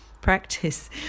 practice